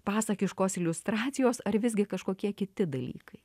pasakiškos iliustracijos ar visgi kažkokie kiti dalykai